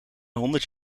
honderd